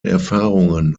erfahrungen